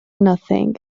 nothing